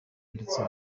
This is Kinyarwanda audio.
ndetse